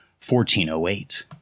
1408